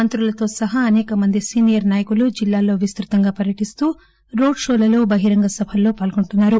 మంత్రులతో సహా అసేకమంది సీనియర్ నాయకులు జిల్లాల్లో విస్తృతంగా పర్యటిస్తూ రోడ్ షోలలో బహిరంగ సభల్లో పాల్గొంటున్నారు